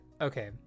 okay